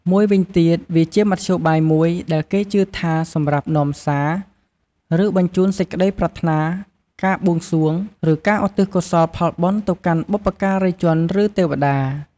មួយវិញទៀតវាជាមធ្យោបាយមួយដែរគេជឿថាសម្រាប់ នាំសារ ឬបញ្ជូនសេចក្ដីប្រាថ្នា ការបួងសួង ឬការឧទ្ទិសកុសលផលបុណ្យទៅកាន់បុព្វការីជន ឬទេវតា។